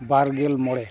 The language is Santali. ᱵᱟᱨᱜᱮᱞ ᱢᱚᱬᱮ